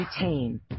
retain